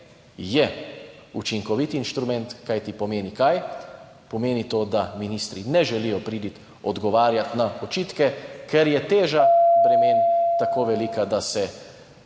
je učinkovit inštrument, kajti pomeni to, da ministri ne želijo priti odgovarjati na očitke, ker je teža bremen tako velika, da se proti